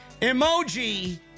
Emoji